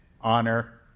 honor